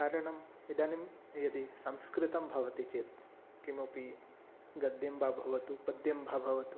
कारणम् इदानीं यदि संस्कृतं भवति चेत् किमपि गद्यं वा भवतु पद्यं वा भवतु